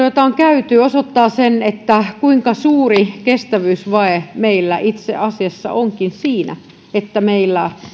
jota on käyty osoittaa sen kuinka suuri kestävyysvaje meillä itse asiassa onkin siinä että meillä